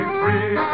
free